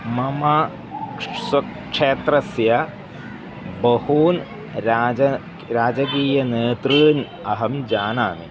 मम क्ष् स्वक्षेत्रस्य बहून् राज राजकीयनेतॄन् अहं जानामि